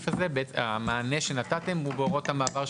המענה שנתתם הוא בהוראות המעבר,